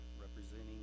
representing